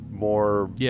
More